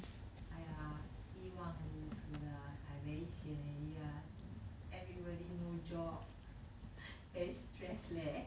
!aiya! 希望如此 ah I very sian already ah everybody no job very stress leh